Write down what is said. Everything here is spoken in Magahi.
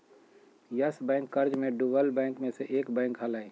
यस बैंक कर्ज मे डूबल बैंक मे से एक बैंक हलय